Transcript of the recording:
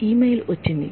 ఇ mail వచ్చింది